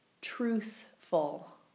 truthful